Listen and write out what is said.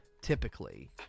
Typically